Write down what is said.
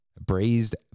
Braised